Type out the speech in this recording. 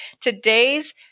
today's